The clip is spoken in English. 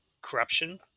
corruption